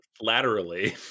laterally